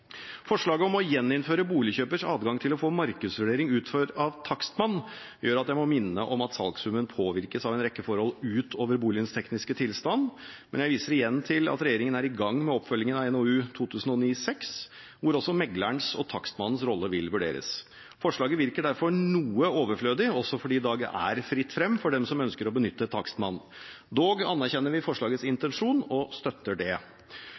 Forslaget om å gjeninnføre boligkjøpers adgang til å få markedsvurdering utført av takstmann gjør at jeg må minne om at salgssummen påvirkes av en rekke forhold utover boligens tekniske tilstand. Jeg viser igjen til at regjeringen er i gang med oppfølgingen av NOU 2009: 6, hvor også meglerens og takstmannens rolle vil vurderes. Forslaget virker derfor noe overflødig, også fordi det i dag er fritt frem for dem som ønsker å benytte takstmann. Dog anerkjenner vi forslagets intensjon og støtter det.